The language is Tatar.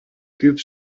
күп